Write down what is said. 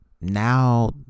now